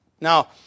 Now